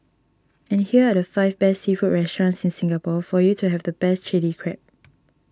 and here are the five best seafood restaurants in Singapore for you to have the best Chilli Crab